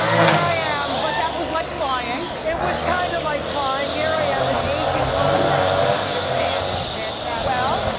here i am. but that was like flying. it was kind of like flying. here i am, an aging, homosexual peter pan, it's fantastic. well.